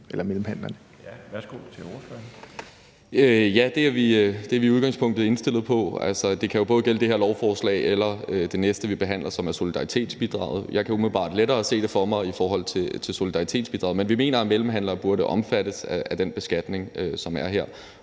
Ja, det er vi i udgangspunktet indstillet på. Altså, det kan jo både gælde det her lovforslag og det næste, vi behandler, som er solidaritetsbidraget. Jeg kan umiddelbart lettere se det for mig i forhold til solidaritetsbidraget. Men vi mener, at mellemhandlere burde omfattes af den beskatning, som er her,